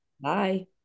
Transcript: bye